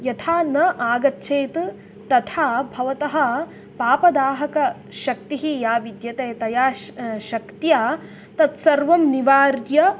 यथा न आगच्छेत् तथा भवतः पापदाहक शक्तिः या विद्यते तया श् शक्त्या तत्सर्वं निवार्य